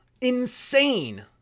insane